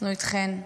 אנחנו איתכן,